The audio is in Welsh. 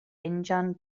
injan